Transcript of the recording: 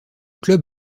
club